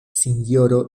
sinjoro